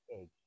Egg